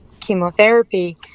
chemotherapy